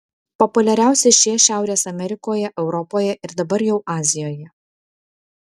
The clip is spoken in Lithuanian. populiariausi šie šiaurės amerikoje europoje ir dabar jau azijoje